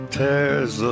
tears